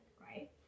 right